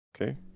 Okay